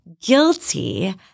guilty